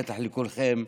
בטח לכולכם.